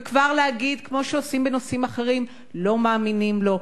וכבר להגיד כמו שעושים בנושאים אחרים: לא מאמינים לו,